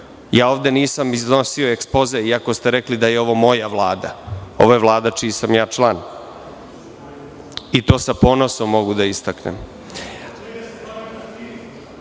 Ovde nisam iznosio ekspoze iako ste rekli da je ovo moja Vlada. Ovo je Vlada čiji sam član i to sam ponosom mogu da istaknem.(Nenad